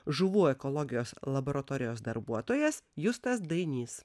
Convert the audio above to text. žuvų ekologijos laboratorijos darbuotojas justas dainys